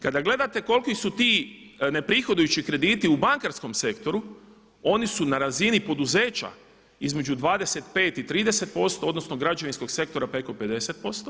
Kada gledate koliki su ti neprihodujući krediti u bankarskom sektoru oni su na razini poduzeća između 25 i 30%, odnosno građevinskog sektora preko 50%